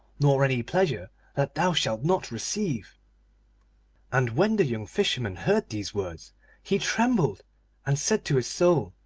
nor any pleasure that thou shalt not receive and when the young fisherman heard these words he trembled and said to his soul,